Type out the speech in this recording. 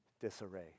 disarray